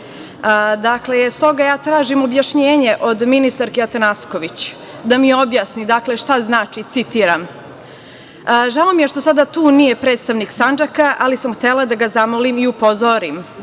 Srbiji. Dakle, stoga ja tražim objašnjenje od ministarke Atanasković da mi objasni šta znači, citiram – žao mi je što sada tu nije predstavnik Sandžaka, ali sam htela da ga zamolim i upozorim